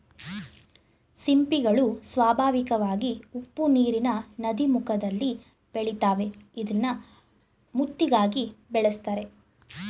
ಸಿಂಪಿಗಳು ಸ್ವಾಭಾವಿಕವಾಗಿ ಉಪ್ಪುನೀರಿನ ನದೀಮುಖದಲ್ಲಿ ಬೆಳಿತಾವೆ ಇದ್ನ ಮುತ್ತಿಗಾಗಿ ಬೆಳೆಸ್ತರೆ